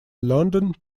london